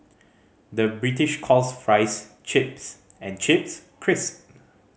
the British calls fries chips and chips crisp